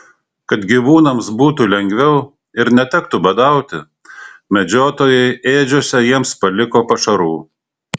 kad gyvūnams būtų lengviau ir netektų badauti medžiotojai ėdžiose jiems paliko pašarų